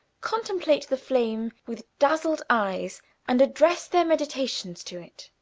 contemplate the flame with dazzled eyes and address their meditations to it.